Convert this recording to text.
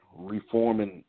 reforming